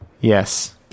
Yes